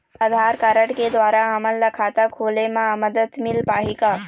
आधार card के द्वारा हमन ला खाता खोले म मदद मिल पाही का?